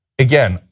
again,